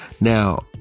Now